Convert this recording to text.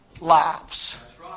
lives